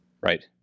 Right